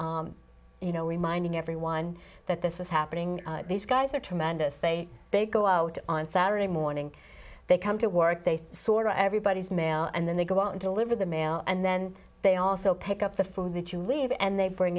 of you know reminding everyone that this is happening these guys are tremendous they they go out on saturday morning they come to work they sort everybody's mail and then they go out and deliver the mail and then they also pick up the food that you leave and they bring